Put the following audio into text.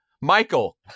Michael